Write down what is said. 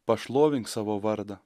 pašlovink savo vardą